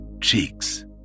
cheeks